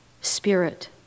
spirit